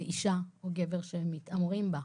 לאישה או גבר שמתעמרים בהם.